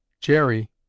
Jerry